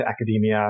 academia